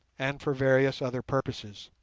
and for various other purposes.